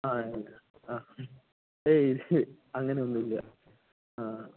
ആ അങ്ങനെ ഒന്നുമില്ല